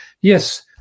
yes